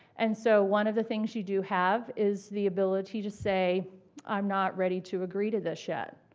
and so one of the things you do have is the ability to say i'm not ready to agree to this yet.